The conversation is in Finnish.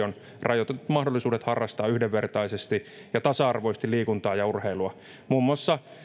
on rajoitetut mahdollisuudet harrastaa yhdenvertaisesti ja tasa arvoisesti liikuntaa ja urheilua muun muassa